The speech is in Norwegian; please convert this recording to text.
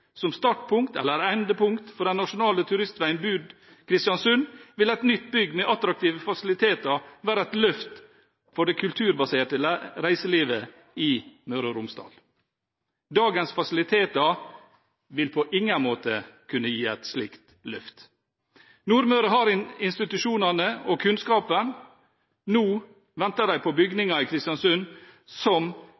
Som startpunkt eller endepunkt på den nasjonale turistveien Bud–Kristiansund, vil et nytt bygg med attraktive fasiliteter være et løft for det kulturbaserte reiselivet i Møre og Romsdal. Dagens fasiliteter vil på ingen måte kunne gi et slikt løft. Nordmøre har institusjonene og kunnskapen, nå venter de på